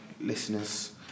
listeners